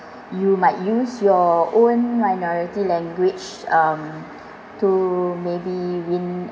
you might use your own minority language um to maybe win